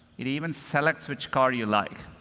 it even selects which car you like.